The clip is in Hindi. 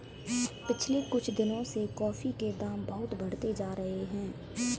पिछले कुछ दिनों से कॉफी के दाम बहुत बढ़ते जा रहे है